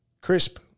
crisp